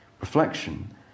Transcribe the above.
reflection